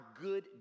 good